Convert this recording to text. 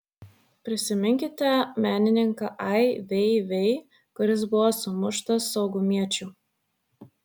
prisiminkite menininką ai vei vei kuris buvo sumuštas saugumiečių